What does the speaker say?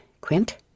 Quint